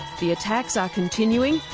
the attacks are continuing.